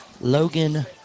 Logan